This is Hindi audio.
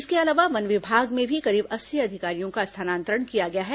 इसके अलावा वन विभाग में भी करीब अस्सी अधिकारियों का स्थानांतरण किया गया है